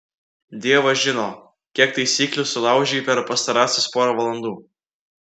dievas žino kiek taisyklių sulaužei per pastarąsias porą valandų